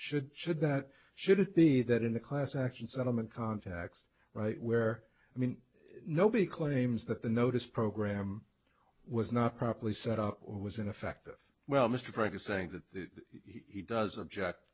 should should that should it be that in a class action settlement context right where i mean nobody claims that the notice program was not properly set up was ineffective well mr praed is saying that he does object